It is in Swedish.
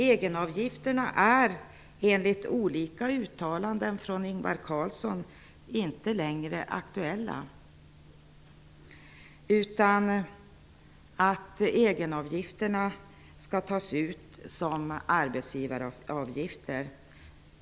Egenavgifterna är enligt olika uttalanden från Ingvar Carlsson inte längre aktuella, utan de skall tas ut som arbetsgivaravgifter.